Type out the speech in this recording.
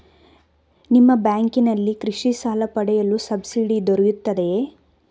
ನಿಮ್ಮ ಬ್ಯಾಂಕಿನಲ್ಲಿ ಕೃಷಿ ಸಾಲ ಪಡೆಯಲು ಸಬ್ಸಿಡಿ ದೊರೆಯುತ್ತದೆಯೇ?